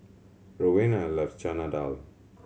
Rowena loves Chana Dal